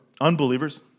unbelievers